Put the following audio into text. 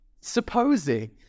Supposing